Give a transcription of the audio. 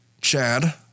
Chad